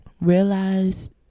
realize